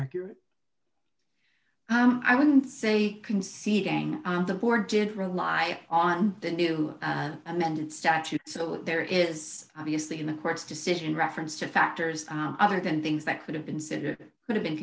inaccurate i wouldn't say conceding the board did rely on the new amended statute so there is obviously in the court's decision reference to factors other than things that could have been said it could have been